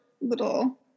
little